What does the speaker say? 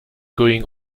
going